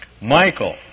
Michael